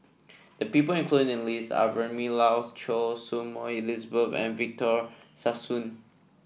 the people included in the list are Vilma Laus Choy Su Moi Elizabeth and Victor Sassoon